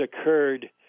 occurred